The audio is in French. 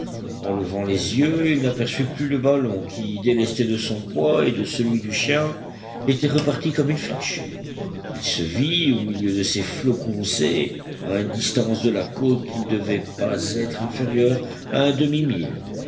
en levant les yeux il n'aperçut plus le ballon qui délesté de son poids et de celui du chien était reparti comme une flèche il se vit au milieu de ces flots courroucés à une distance de la côte qui ne devait pas être inférieure à un demimille